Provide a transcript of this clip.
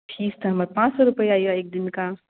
fees तऽ हमर पाँच सए रुपैआ अइ एक दिनका